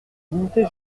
limitait